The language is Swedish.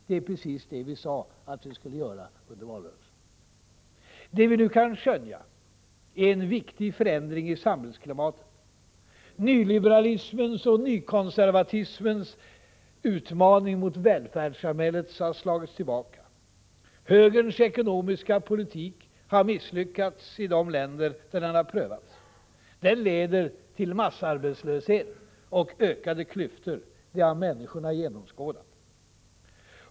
Det är precis det vi sade i valrörelsen att vi skulle göra. Det vi nu kan skönja är en viktig förändring i samhällsklimatet. Nyliberalismens och nykonservatismens utmaning mot välfärdssamhället har slagits tillbaka. Högerns ekonomiska politik har misslyckats i de länder där den har prövats. Den leder till massarbetslöshet och ökade klyftor. Det har människorna genomskådat.